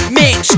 mix